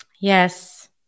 Yes